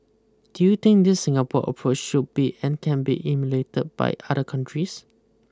do you think this Singapore approach should be and can be emulated by other countries